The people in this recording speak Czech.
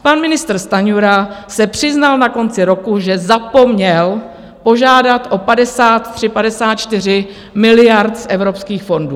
Pan ministr Stanjura se přiznal na konci roku, že zapomněl požádat o 53, 54 miliard z evropských fondů.